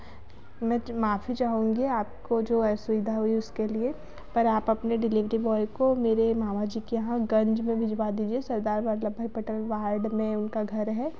मैं माफ़ी चाहूँगी आपको जो असुविधा हुई उसके लिए पर आप अपने डेलिवरी बॉय को मेरे मामा जी के यहाँ गंज में भिजवा दीजिए सरदार बल्लभ भाई पटेल वार्ड में उनका घर है